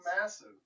massive